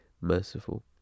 merciful